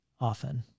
often